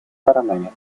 сторонами